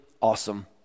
awesome